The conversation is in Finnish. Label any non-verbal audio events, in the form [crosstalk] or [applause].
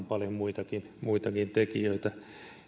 [unintelligible] paljon muitakin muitakin tekijöitä